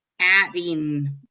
adding